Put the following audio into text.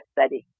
study